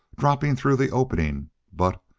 dropping through the opening but,